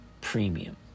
premium